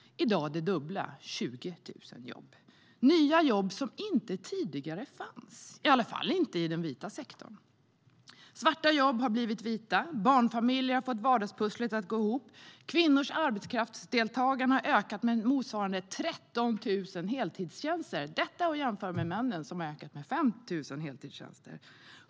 I dag är de det dubbla, 20 000 jobb - nya jobb som inte tidigare fanns, i alla fall inte i den vita sektorn. Svarta jobb har blivit vita, barnfamiljer har fått vardagspusslet att gå ihop och kvinnors arbetskraftsdeltagande har ökat med motsvarande 13 000 heltidstjänster. Det kan jämföras med männen, där ökningen är 5 000 heltidstjänster.